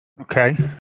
Okay